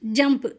jump